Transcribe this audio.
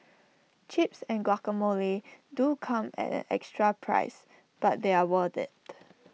chips and guacamole do come at an extra price but they're worth IT